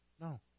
no